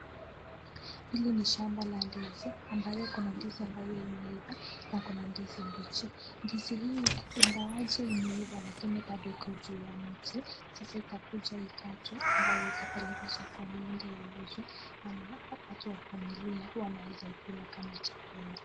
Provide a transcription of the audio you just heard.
Hili ni shamba la ndizi ambayo iko na ndizi ambayo imeiva , na kuna ndizi mbichi, ndizi hii imeiva lakini bado iko juu ya mti, sasa itakuja ikatwe, ambayo itapelekwa sokoni iende iuzwe ama watu wa familia wanaeza wakaikula kama chakula.